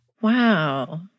Wow